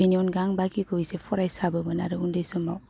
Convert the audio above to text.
बेनि अनगा आं बाखिखौ एसे फरायसाबोमोन आरो उन्दै समाव